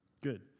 Good